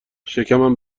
شکمم